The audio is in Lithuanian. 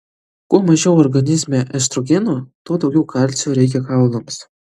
kuo mažiau organizme estrogeno tuo daugiau kalcio reikia kaulams